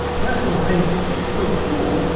personal paint six point four,